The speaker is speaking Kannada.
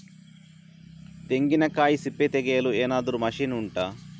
ತೆಂಗಿನಕಾಯಿ ಸಿಪ್ಪೆ ತೆಗೆಯಲು ಏನಾದ್ರೂ ಮಷೀನ್ ಉಂಟಾ